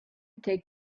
take